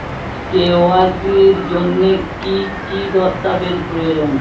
KYC এর জন্যে কি কি দস্তাবেজ প্রয়োজন?